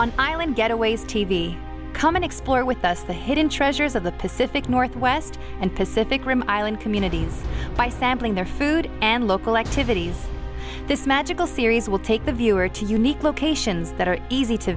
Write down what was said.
the island getaways t v come and explore with us the hidden treasures of the pacific northwest and pacific rim island communities by sampling their food and local activities this magical series will take the viewer to unique locations that are easy to